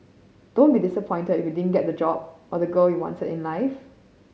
don't be disappointed if you didn't get the job or the girl you wanted in life